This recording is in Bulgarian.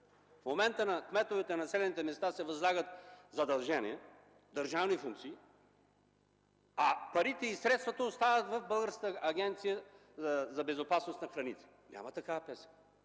В момента на кметовете на населените места се възлагат задължения, държавни функции, а парите и средствата остават в Агенцията по безопасност на храните. Няма такава песен